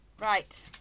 Right